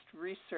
research